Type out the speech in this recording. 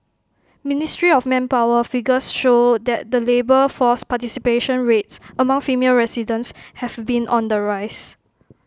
ministry of manpower figures show that the labour force participation rates among female residents have been on the rise